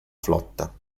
flotta